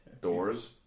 Doors